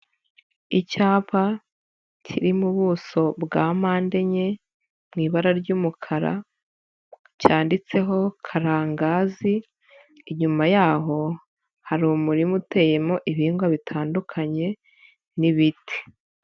Icyapa kiri mu ubuso bwa mpande enye, mu ibara ry'umukara, cyanditseho Karangazi, inyuma yaho, hari umurima uteyemo ibihingwa bitandukanye n'ibiti.